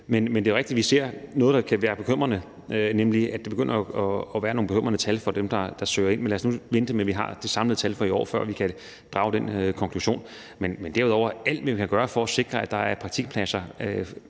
Men det er rigtigt, at vi ser noget, der kan være bekymrende, nemlig at der begynder at være nogle bekymrende tal for dem, der søger ind. Men lad os nu vente, til vi har det samlede tal for i år, før vi kan drage den konklusion. Men derudover skal vi gøre alt, hvad vi kan, for at sikre, at der er praktikpladser,